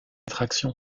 traction